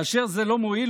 כאשר זה לא מועיל,